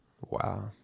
Wow